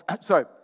Sorry